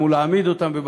ועדה משולבת,